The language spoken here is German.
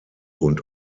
und